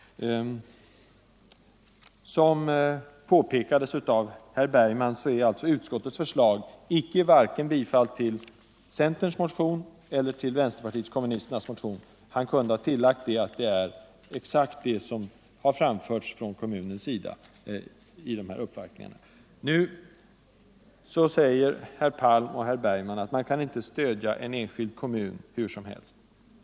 Som påpekats av herr Bergman innebär utskottets förslag varken bifall till centerns motion eller bifall till vänsterpartiet kommunisternas motion. Han kunde ha tillagt att utskottets förslag exakt överensstämmer med vad som framfördes från kommunens sida vid uppvaktningen inför finansministern. Nu säger herr Palm och herr Bergman att man inte kan stödja en enskild kommun hur som helst.